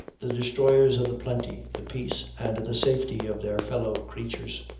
the destroyers of the plenty, the peace, and the safety, of their fellow-creatures.